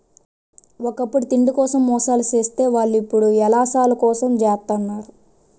ఒకప్పుడు తిండి కోసం మోసాలు సేసే వాళ్ళు ఇప్పుడు యిలాసాల కోసం జెత్తన్నారు